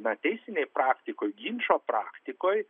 na teisinėj praktikoj ginčo praktikoj